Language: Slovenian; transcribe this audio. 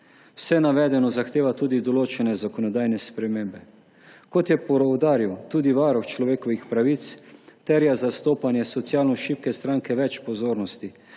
Vse navedeno zahteva tudi določene zakonodajne spremembe. Kot je poudaril tudi Varuh človekovih pravic, terja zastopanje socialno šibke stranke več pozornosti,